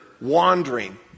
wandering